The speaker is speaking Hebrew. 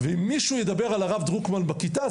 ואם מישהו ידבר על הרב דרוקמן בכיתה,